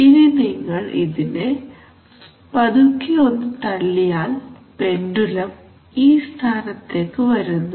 ഇനി നിങ്ങൾ ഇതിനെ പതുക്കെ ഒന്ന് തള്ളിയാൽ പെൻഡുലം ഈ സ്ഥാനത്തേക്ക് വരുന്നു